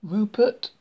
Rupert